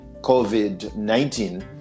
COVID-19